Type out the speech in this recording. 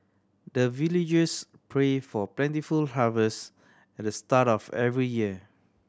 the villagers pray for plentiful harvest at the start of every year